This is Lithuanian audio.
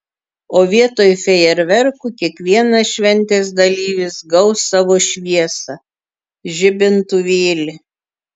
o vietoj fejerverkų kiekvienas šventės dalyvis gaus savo šviesą žibintuvėlį